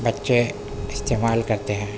بچے استعمال کرتے ہیں